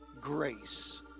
grace